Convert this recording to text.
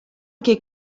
ket